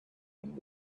and